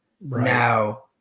Now